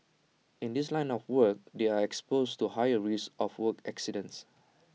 in this line of work they are exposed to higher risk of work accidents